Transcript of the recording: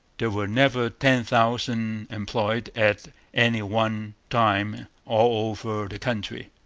there were never ten thousand employed at any one time all over the country.